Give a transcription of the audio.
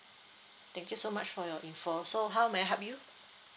thank you so much for your info so how may I help you